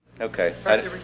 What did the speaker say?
Okay